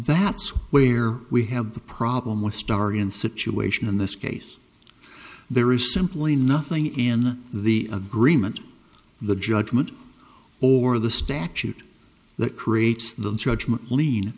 that's where we have the problem with starry and situation in this case there is simply nothing in the agreement the judgment or the statute that creates the judgment l